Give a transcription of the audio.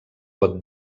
pot